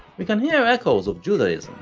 we can hear echoes of judaism,